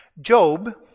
Job